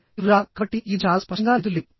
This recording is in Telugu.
కాబట్టి ఈ వ్రాత కాబట్టి ఇది చాలా స్పష్టంగా లేదు